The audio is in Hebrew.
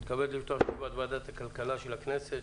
אני מתכבד לפתוח את ישיבת ועדת הכלכלה של הכנסת,